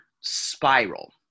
spiral